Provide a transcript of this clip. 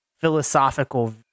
philosophical